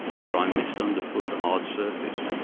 for i missed underfoot the hard surface,